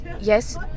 yes